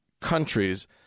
countries